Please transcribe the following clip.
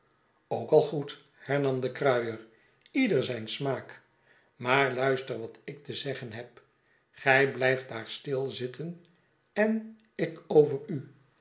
ook al goed hernam de kruier ieder zijn smaak maar luister wat ik te zeggen heb gij blijft daar stil zitten en ik over u